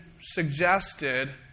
suggested